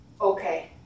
Okay